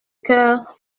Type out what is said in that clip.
cœur